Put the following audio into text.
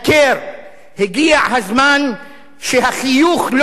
הגיע הזמן שהחיוך לא יהיה מדיניות,